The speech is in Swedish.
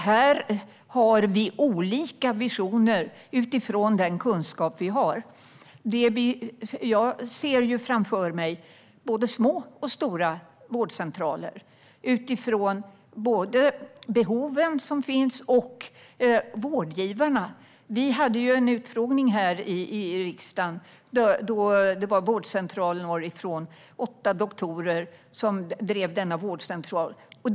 Herr talman! Vi har olika visioner utifrån den kunskap vi har. Jag ser framför mig både små och stora vårdcentraler med tanke på de behov som finns och vårdgivarna. Det var en utfrågning i riksdagen där åtta doktorer från en vårdcentral norrifrån deltog.